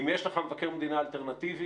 אם יש לך מבקר מדינה אלטרנטיבי,